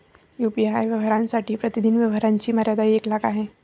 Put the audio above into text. UPI व्यवहारांसाठी प्रतिदिन व्यवहारांची मर्यादा एक लाख आहे